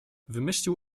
wymyślił